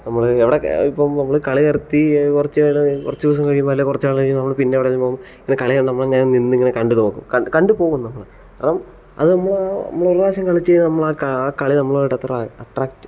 നമ്മൾ എവിടെ ഇപ്പോൾ കളി നിർത്തി കുറച്ചു നേരം കുറച്ചു ദിവസം കഴിയുമ്പോൾ അല്ലെങ്കിൽ കുറച്ചു നാൾ കഴിയുമ്പോൾ പിന്നെ എവിടേലും പോകുമ്പോൾ ഇങ്ങനെ കളി കണ്ടു നമ്മളങ്ങനെ നിന്ന് ഇങ്ങനെ കണ്ടു പോകും കണ്ടു പോകും നമ്മൾ അപ്പം നമ്മൾ ഒരുപ്രാവശ്യം കളിച്ചു കഴിഞ്ഞാൽ ആ കളി നമ്മളുമായിട്ട് അത്ര